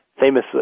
famous